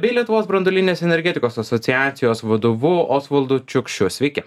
bei lietuvos branduolinės energetikos asociacijos vadovu osvaldu čiukšiu sveiki